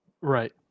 Right